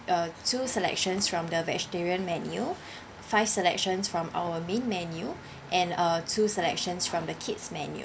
uh two selections from the vegetarian menu five selections from our main menu and uh two selections from the kids menu